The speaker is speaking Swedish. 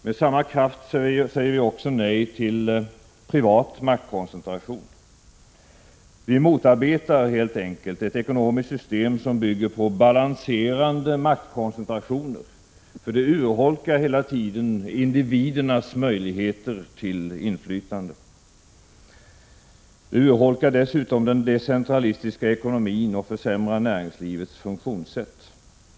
Med samma kraft säger vi också nej till privat maktkoncentration. Vi motarbetar helt enkelt ett ekonomiskt system som bygger på balanserande maktkoncentrationer, eftersom ett sådant hela tiden urholkar individernas möjligheter till inflytande. Det urholkar dessutom den decentralistiska ekonomin och försämrar näringslivets funktionssätt.